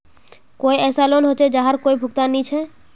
कोई ऐसा लोन होचे जहार कोई भुगतान नी छे?